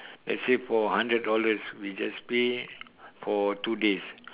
let's say for hundreds dollar we just pay for two days